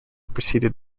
preceded